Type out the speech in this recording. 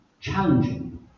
challenging